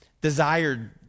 desired